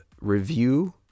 review